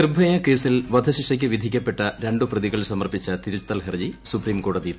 നിർഭയ കേസിൽ വധശിക്ഷയ്ക്ക് വിധിക്കപ്പെട്ട രണ്ട് പ്രതികൾ സമർപ്പിച്ച തിരുത്തൽ ഹർജികൾ സുപ്രീം കോടതി തളളി